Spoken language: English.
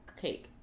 cake